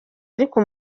ariko